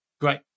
Great